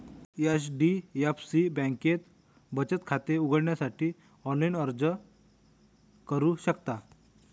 HDFC बँकेत बचत खाते उघडण्यासाठी ऑनलाइन अर्ज करू शकता